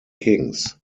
kings